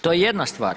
To je jedna stvar.